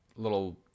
little